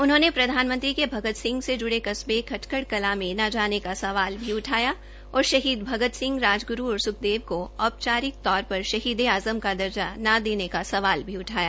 उन्होंने प्रधानमंत्री के भगत सिंह से जुड़े कस्बे खटकड़ कलां में ने जाने का सवाल भी उठाया और शहीद भगत सिंह राजगुरू और सुखदेव को औपचारिक तौर पर शहीदे आज़म का दर्जा ने देने का सवाल भी उठाया